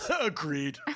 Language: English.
Agreed